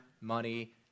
money